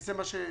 וזה מה שעשינו.